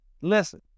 Listen